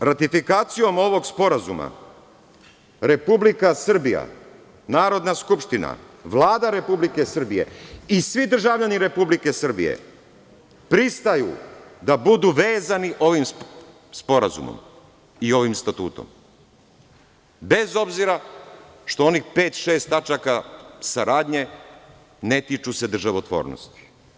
Dalje, ratifikacijom ovog Sporazuma Republika Srbija, Narodna skupština, Vlada Republike Srbije i svi državljani Republike Srbije pristaju da budu vezani ovim Sporazumom i ovim Statutom, bez obzira što se onih pet, šest tačaka saradnje ne tiču državotvornosti.